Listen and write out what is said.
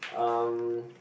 erm